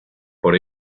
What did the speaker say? por